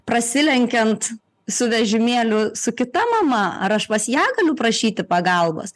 prasilenkiant su vežimėliu su kita mama ar aš pas ją galiu prašyti pagalbos